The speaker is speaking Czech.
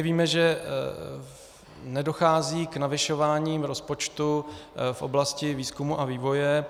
Víme, že nedochází k navyšování rozpočtu v oblasti výzkumu a vývoje.